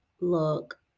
look